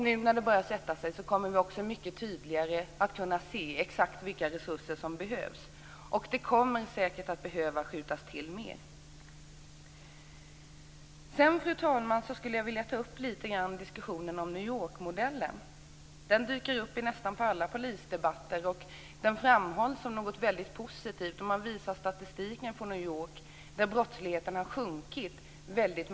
Nu, när det börjar sätta sig, kommer vi att kunna se mycket tydligare exakt vilka resurser som behövs. Det kommer säkert att behöva skjutas till mer. Fru talman! Jag vill ta upp diskussionen om New York-modellen. Den dyker upp i nästan alla polisdebatter och framhålls som mycket positiv. Statistiken från New York visar att brottsligheten har sjunkit markant.